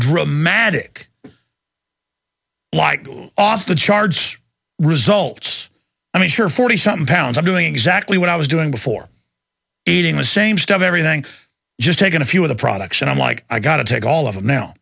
dramatic like off the charts results i mean sure forty some pounds i'm doing exactly what i was doing before eating the same stuff everything just taking a few of the products and i'm like i got to take all of it now